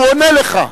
הוא עונה לך.